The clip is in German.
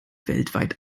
weltweit